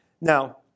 Now